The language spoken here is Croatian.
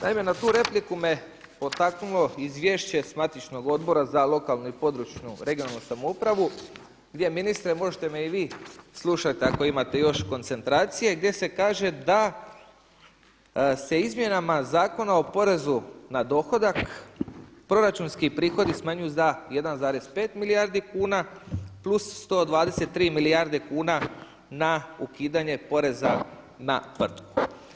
Naime, na tu repliku me potaknulo izvješće s matičnog Odbora za lokalnu i područnu (regionalnu) samoupravu gdje ministre možete i mi vi slušati ako imate još koncentracije, gdje se kaže da se izmjenama Zakona o porezu na dohodak proračunski prihodi smanjuju za 1,5 milijardi kuna plus 123 milijarde kuna na ukidanje poreza na tvrtku.